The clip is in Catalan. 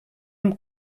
amb